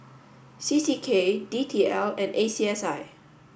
C C K D T L and A C S I